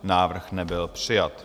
Návrh nebyl přijat.